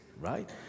right